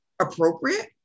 appropriate